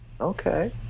Okay